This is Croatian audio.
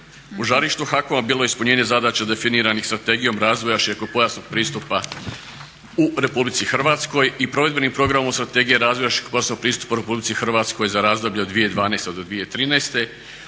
U žarištu HAKOM-a bilo je ispunjenje zadaća definiranih Strategijom razvoja širokopojasnog pristupa u RH i provedbenim programom Strategije razvoja širokopojasnog pristupa RH za razdoblje od 2012. do 2013.